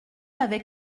avec